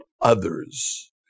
others